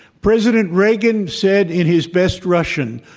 president reagan said in his best russian,